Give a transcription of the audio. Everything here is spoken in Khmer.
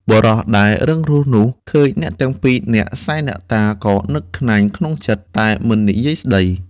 បុរសម្នាក់ដែលរឹងរូសនោះ ឃើញអ្នកទាំងពីរនាក់សែនអ្នកតា ក៏នឹកក្នាញ់ក្នុងចិត្ត តែមិននិយាយស្តី។